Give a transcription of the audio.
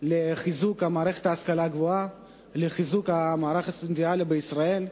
לחיזוק מערכת ההשכלה הגבוהה ולחיזוק המערך הסטודנטיאלי בישראל.